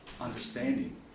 understanding